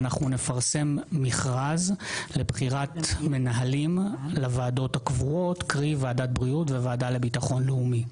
נפרסם מכרז לבחירת מנהלים לוועדת הבריאות והוועדה לביטחון לאומי.